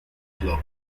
club